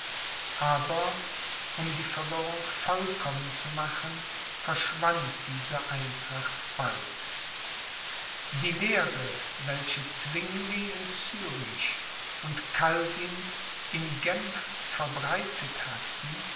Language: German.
aber um die verwirrung vollkommen zu machen verschwand diese eintracht bald die lehre welche zwingli in zürich und calvin in genf verbreitet hatten